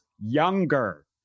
younger